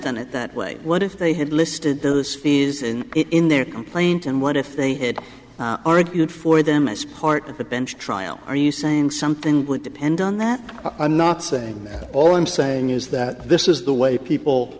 done it that way what if they had listed those these in in their complaint and what if they had argued for them as part of the bench trial are you saying something would depend on that i'm not saying that all i'm saying is that this is the way people